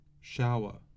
Shower